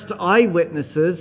eyewitnesses